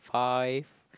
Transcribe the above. five